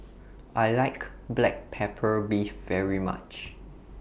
I like Black Pepper Beef very much